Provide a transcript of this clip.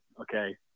okay